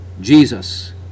Jesus